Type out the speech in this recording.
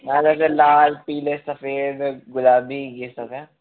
यह लाल पीले सफ़ेद गुलाबी यह सब हैं